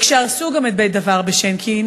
וכשהרסו גם את בית "דבר" בשינקין,